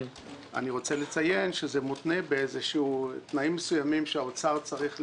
אני רוצה לציין שזה מותנה באיזה שהם תנאים מסוימים שהאוצר צריך למלא.